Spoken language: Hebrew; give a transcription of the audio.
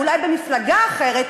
הוא אולי במפלגה אחרת,